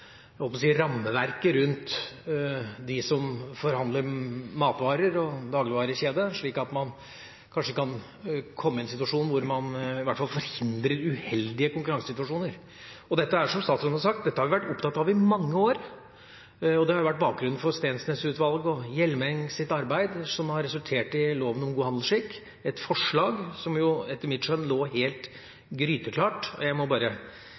holdt på å si – rammeverket rundt dem som forhandler matvarer, og dagligvarekjeder, slik at man kanskje kan komme i en situasjon hvor man i hvert fall forhindrer uheldige konkurransesituasjoner. Dette er, som statsråden har sagt, noe vi har vært opptatt av i mange år. Det var jo bakgrunnen for Steensnæs-utvalgets og Hjelmeng-utvalgets arbeid, som har resultert i et forslag til lov om god handelsskikk, et forslag som etter mitt skjønn lå helt gryteklart. Jeg må bare